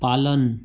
पालन